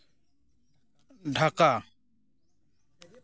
Dhaka